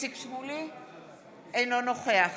אינו נוכח